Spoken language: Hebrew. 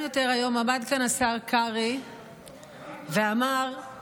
היום עמד כאן השר קרעי ואמר: מרב מיכאלי